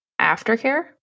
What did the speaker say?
aftercare